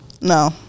No